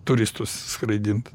turistus skraidint